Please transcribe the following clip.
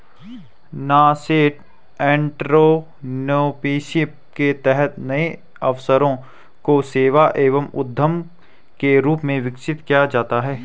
nascent entrepreneurship के तहत नए अवसरों को सेवा एवं उद्यम के रूप में विकसित किया जाता है